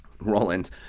Roland